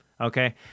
Okay